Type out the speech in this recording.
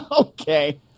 Okay